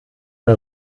mal